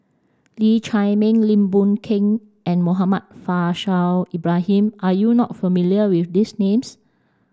Lee Chiaw Meng Lim Boon Keng and Muhammad Faishal Ibrahim are you not familiar with these names